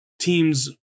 teams